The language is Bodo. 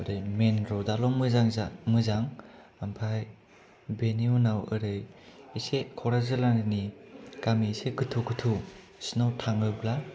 एरै मेइन र'डआल' मोजां ओमफ्राय बेनि उनाव एरै एसे क'क्राझार जिल्लानि गामि एसे गोथौ गोथौसिनाव थाङोब्ला